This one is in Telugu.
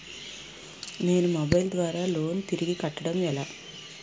నేను మొబైల్ ద్వారా లోన్ తిరిగి కట్టడం ఎలా?